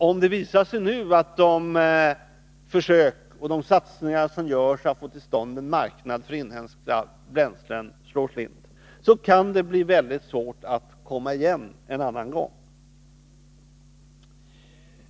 Om det visar sig att de försök och satsningar som görs för att få till stånd en marknad för inhemska bränslen slår slint, kan det bli väldigt svårt att komma igen en annan gång.